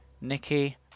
Nicky